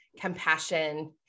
compassion